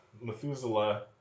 Methuselah